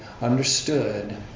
understood